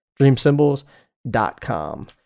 Dreamsymbols.com